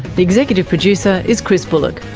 the executive producer is chris bullock,